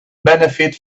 benefit